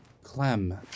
clem